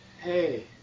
Hey